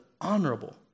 honorable